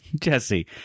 Jesse